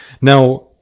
Now